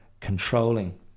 controlling